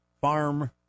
farm